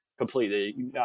completely